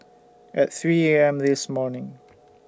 At three A M This morning